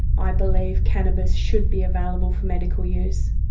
i believe cannabis should be available for medical use.